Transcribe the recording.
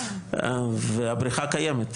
והבריכה קיימת.